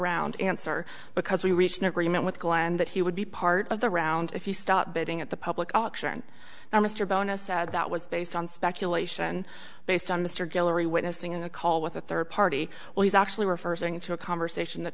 round answer because we reached an agreement with glen that he would be part of the round if you stop betting at the public auction now mr bonus said that was based on speculation based on mr guillory witnessing a call with a third party well he's actually referring to a conversation that